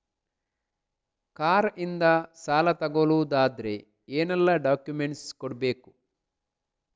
Car ಇಂದ ಸಾಲ ತಗೊಳುದಾದ್ರೆ ಏನೆಲ್ಲ ಡಾಕ್ಯುಮೆಂಟ್ಸ್ ಕೊಡ್ಬೇಕು?